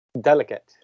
delicate